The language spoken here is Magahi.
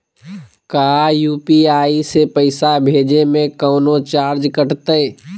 का यू.पी.आई से पैसा भेजे में कौनो चार्ज कटतई?